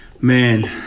Man